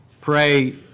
pray